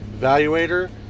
evaluator